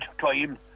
time